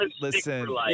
listen